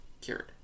cured